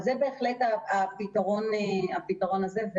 זה בהחלט הפתרון הזה.